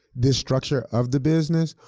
this structure of the business,